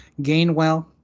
Gainwell